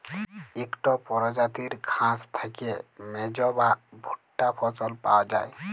ইকট পরজাতির ঘাঁস থ্যাইকে মেজ বা ভুট্টা ফসল পাউয়া যায়